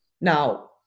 Now